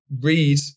read